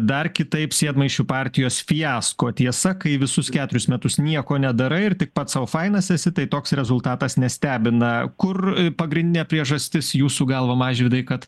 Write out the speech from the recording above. dar kitaip sėdmaišių partijos fiasko tiesa kai visus keturius metus nieko nedarai ir tik pats sau fainas esi tai toks rezultatas nestebina kur pagrindinė priežastis jūsų galva mažvydai kad